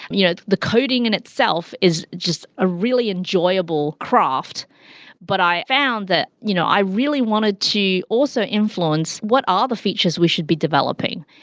you know the coding in itself is just a really enjoyable craft but i found that you know i really wanted to also influence what are the features we should be developing.